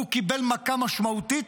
הוא קיבל מכה משמעותית,